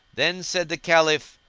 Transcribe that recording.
then said the caliph,